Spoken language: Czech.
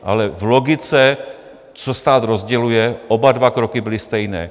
Ale v logice, co stát rozděluje, oba dva kroky byly stejné.